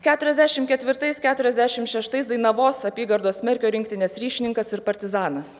keturiasdešim ketvirtais keturiasdešim šeštais dainavos apygardos merkio rinktinės ryšininkas ir partizanas